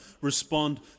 respond